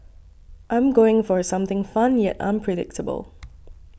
I'm going for something fun yet unpredictable